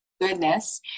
goodness